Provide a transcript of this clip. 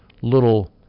little